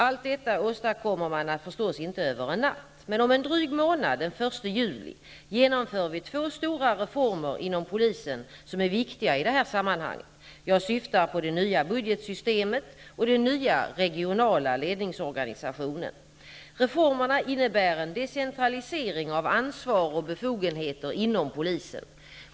Allt detta åstadkommer man naturligtvis inte över en natt. Men om en dryg månad, den 1 juli, genomför vi två stora reformer inom polisen som är viktiga i det här sammanhanget. Jag syftar på det nya budgetsystemet och den nya regionala ledningsorganisationen. Reformerna innebär en decentralisering av ansvar och befogenheter inom polisen.